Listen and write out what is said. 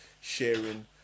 sharing